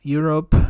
Europe